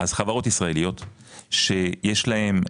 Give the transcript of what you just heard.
אז חברות ישראליות שיש להם,